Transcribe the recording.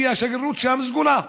כי השגרירות שם סגורה.